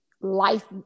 life